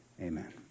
Amen